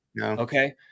Okay